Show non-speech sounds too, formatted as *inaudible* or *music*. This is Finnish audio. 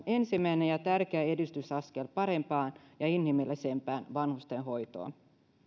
*unintelligible* ensimmäinen ja tärkeä edistysaskel parempaan ja inhimillisempään vanhustenhoitoon